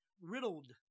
riddled